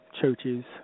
churches